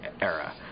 era